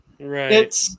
Right